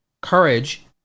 Courage